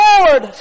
Lord